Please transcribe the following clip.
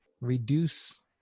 reduce